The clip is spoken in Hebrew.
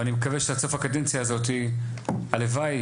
ואני מקווה שבסוף הקדנציה הזאתי, הלוואי